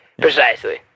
precisely